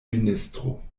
ministro